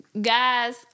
Guys